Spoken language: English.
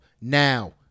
Now